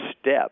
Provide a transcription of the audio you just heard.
step